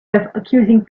accusing